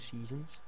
seasons